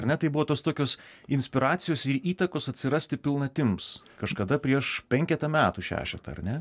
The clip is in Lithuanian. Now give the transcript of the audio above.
ar ne tai buvo tos tokios inspiracijos ir įtakos atsirasti pilnatims kažkada prieš penketą metų šešetą ar ne